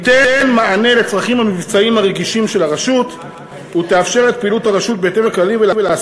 את המענה המבצעי הנדרש לפעילות הרשות ואינו עולה בקנה אחד עם